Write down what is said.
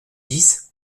dix